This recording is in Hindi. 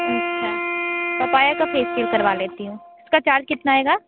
अच्छा पपाया का फेशियल करवा लेती हूँ इसका चार्ज कितना आएगा